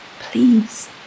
please